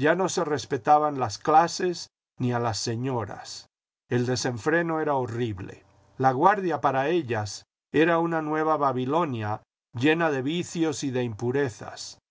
ya no se respetaban las clases ni a las señoras el desenfreno era horrible laguardia para ellas era una nueva babilonia llena de vicios y de impurezas